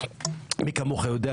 מי כמוך יודע,